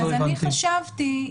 חשבתי,